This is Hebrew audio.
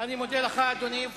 אני מודה לך, אדוני.